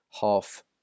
half